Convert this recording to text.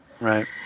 Right